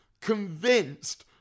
convinced